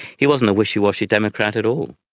he wasn't a wishy-washy democrat at all.